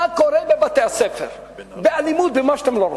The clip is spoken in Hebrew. מה קורה בבתי-הספר באלימות ובמה שאתם לא רוצים.